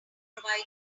provided